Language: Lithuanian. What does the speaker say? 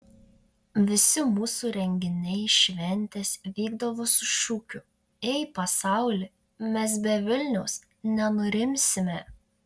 visi mūsų renginiai šventės vykdavo su šūkiu ei pasauli mes be vilniaus nenurimsime